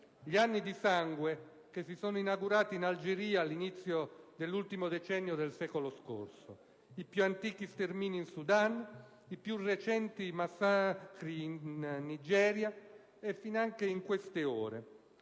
gli "anni di sangue" che si sono inaugurati in Algeria all'inizio dell'ultimo decennio del secolo scorso, i più antichi stermini in Sudan e i più recenti massacri in Nigeria, finanche in queste ore.